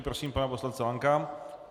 Prosím pana poslance Lanka.